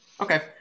Okay